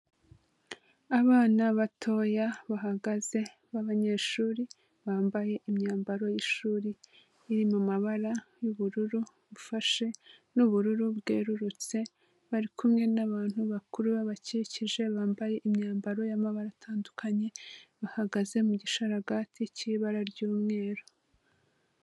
Abana batoya bahagaze b'abanyeshuri bambaye imyambaro y'ishuri iri mu mabara y'ubururu bufashe n'ubururu bwerurutse, bari kumwe n'abantu bakuru babakikije bambaye imyambaro y'amabara atandukanye. Bahagaze mu gisharagati cy'ibara ry'umweru.